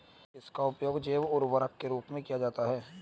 किसका उपयोग जैव उर्वरक के रूप में किया जाता है?